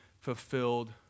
fulfilled